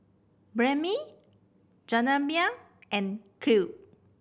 Banh Mi Jajangmyeon and Kheer